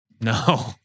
No